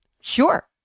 sure